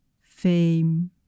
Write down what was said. fame